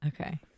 Okay